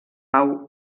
pau